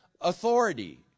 authority